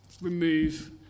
remove